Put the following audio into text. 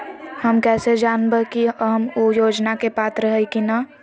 हम कैसे जानब की हम ऊ योजना के पात्र हई की न?